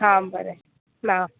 हां बरें ना